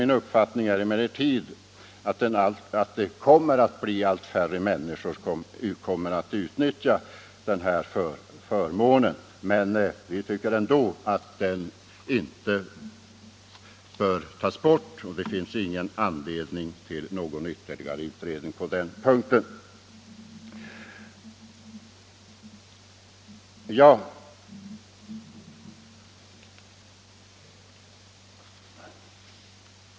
Min uppfattning är emellertid att det kommer att bli allt färre människor som utnyttjar denna förmån, men jag tycker ändå att den inte bör tas bort, och det finns ingen anledning till någon ytterligare utredning på den punkten.